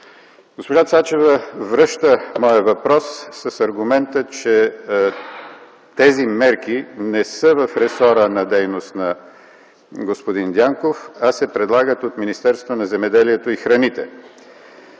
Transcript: Госпожа Цачева връща моя въпрос с аргумента, че тези мерки не са в ресора на дейност на господин Дянков, а се предлагат от Министерството на земеделието и храните.